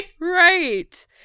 Right